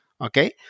Okay